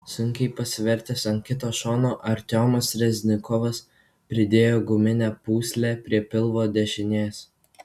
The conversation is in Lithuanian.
sunkiai pasivertęs ant kito šono artiomas reznikovas pridėjo guminę pūslę prie pilvo dešinės